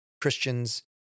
Christians